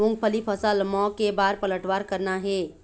मूंगफली फसल म के बार पलटवार करना हे?